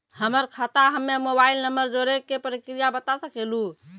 हमर खाता हम्मे मोबाइल नंबर जोड़े के प्रक्रिया बता सकें लू?